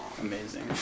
Amazing